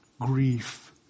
grief